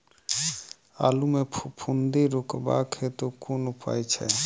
आलु मे फफूंदी रुकबाक हेतु कुन उपाय छै?